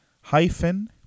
hyphen